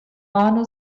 mano